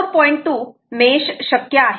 2 mesh शक्य आहे